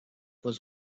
was